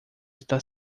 está